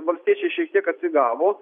valstiečiai šiek tiek atsigavo